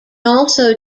also